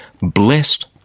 Blessed